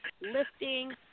lifting